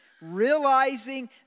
realizing